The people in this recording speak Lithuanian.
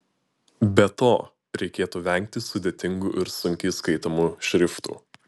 be to reikėtų vengti sudėtingų ir sunkiai skaitomų šriftų